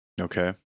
Okay